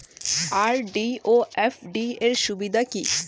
RD ও FD র সুবিধা কি?